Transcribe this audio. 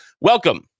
welcome